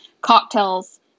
cocktails